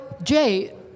Jay